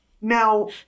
Now